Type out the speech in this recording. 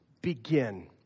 begin